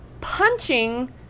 punching